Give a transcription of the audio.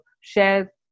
share